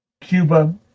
Cuba